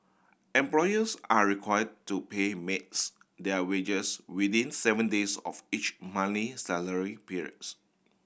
employers are require to pay maids their wages within seven days of each monthly salary periods